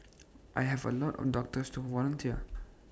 I have A lot of doctors who volunteer